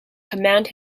command